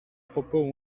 propos